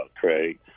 Craig